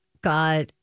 got